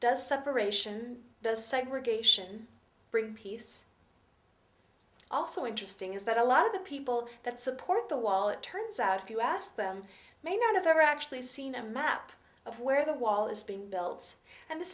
does segregation bring peace also interesting is that a lot of the people that support the wall it turns out if you ask them may not have ever actually seen a map of where the wall is being built and this